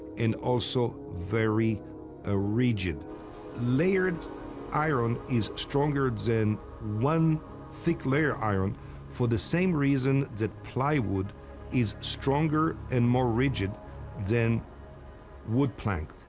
and also very ah rigid. layered iron is stronger than one thick layer iron for the same reason that plywood is stronger and more rigid than wood plank.